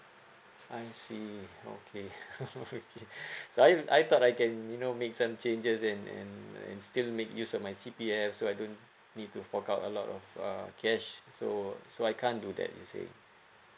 I see okay okay so I I thought I can you know make some changes and and and still make use of my C_P_F so I don't need to fork out a lot of uh cash so so I can't do that you say